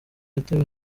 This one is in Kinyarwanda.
yatewe